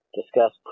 discuss